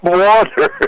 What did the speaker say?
water